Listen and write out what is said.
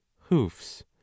hoofs